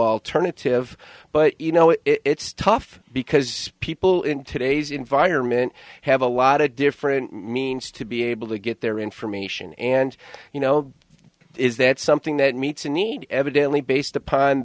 alternative but you know it's tough because people in today's environment have a lot of different means to be able to get their information and you know is that something that meets a need evidently based upon